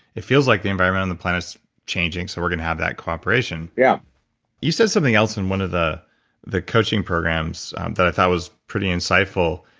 it feels like the environment on the planet's changing, so we're going to have that cooperation. yeah you said something else in one of the the coaching programs that i thought was pretty insightful.